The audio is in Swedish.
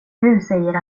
säger